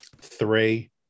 three